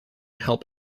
help